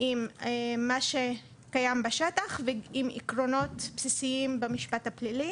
עם מה שקיים בשטח ועם עקרונות בסיסיים במשפט הפלילי.